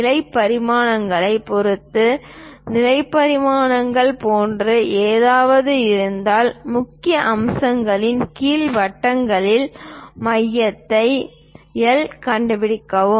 நிலை பரிமாணங்களைப் பொறுத்து நிலை பரிமாணங்கள் போன்ற ஏதாவது இருந்தால் முக்கிய அம்சங்களின் கீழ் வட்டங்களின் மையத்தை எல் கண்டுபிடிக்கவும்